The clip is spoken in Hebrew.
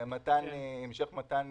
המשך מתן